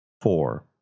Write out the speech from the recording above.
four